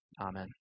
amen